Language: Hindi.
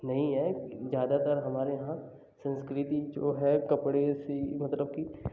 नहीं है ज़्यादातर हमारे यहाँ संस्कृति जो है कपड़े से मतलब कि